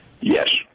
Yes